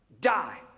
die